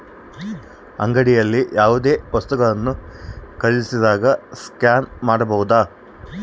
ಅಂಗಡಿಯಲ್ಲಿ ಯಾವುದೇ ವಸ್ತುಗಳನ್ನು ಖರೇದಿಸಿದಾಗ ಸ್ಕ್ಯಾನ್ ಮಾಡಬಹುದಾ?